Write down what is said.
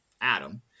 Adam